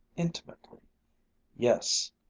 intimately yes,